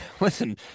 listen